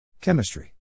Chemistry